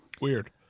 weird